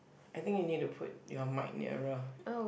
I think you need to put your mic nearer